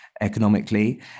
economically